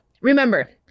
remember